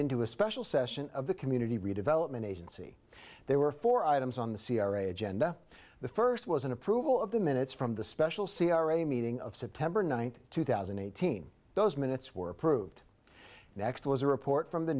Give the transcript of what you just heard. into a special session of the community redevelopment agency there were four items on the c r a agenda the first was an approval of the minutes from the special c r a meeting of september ninth two thousand and eighteen those minutes were approved next was a report from the